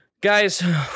guys